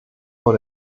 vor